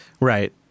Right